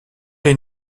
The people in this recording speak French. les